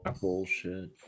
Bullshit